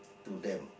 to them